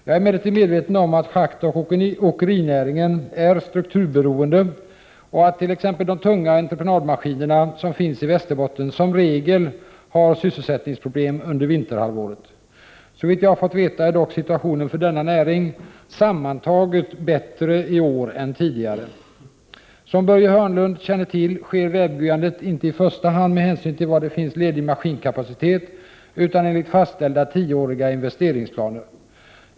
Jag är emellertid medveten om att schaktoch åkerinäringen är strukturberoende och att t.ex. de tunga entreprenadmaskiner som finns i Västerbotten som regel har sysselsättningsproblem under vinterhalvåret. Såvitt jag har fått veta är dock situationen för denna näring sammantaget bättre i år än tidigare. Som Börje Hörnlund känner till sker vägbyggandet inte i första hand med hänsyn till var det finns ledig maskinkapacitet utan enligt fastställda tioåriga investeringsplaner.